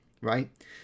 right